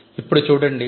ఇప్పుడు చూడండి